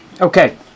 Okay